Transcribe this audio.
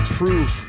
proof